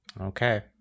Okay